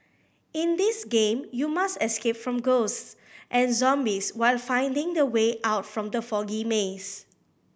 in this game you must escape from ghosts and zombies while finding the way out from the foggy maze